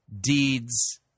deeds